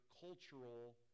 cultural